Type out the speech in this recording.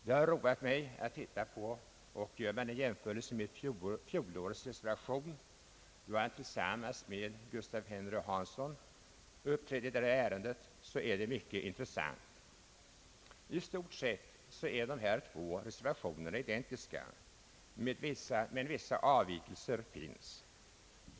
Det har roat mig och varit mycket intressant att jämföra årets reservation med fjolårets, då herr Åkerlund uppträdde tillsammans med herr Gustaf Henry Hansson i detta ärende. I stort sett är de två reservationerna identiska, men vissa avvikelser finns.